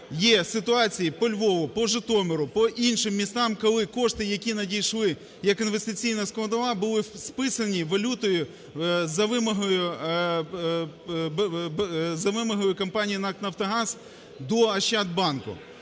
є ситуації по Львову, по Житомиру, по іншим містам, коли кошти, які надійшли як інвестиційна складова, були списані валютою за вимогою, за вимогою компанії НАК "Нафтогаз" до "Ощадбанку".